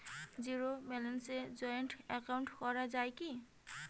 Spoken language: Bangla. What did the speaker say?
জীরো ব্যালেন্সে জয়েন্ট একাউন্ট করা য়ায় কি?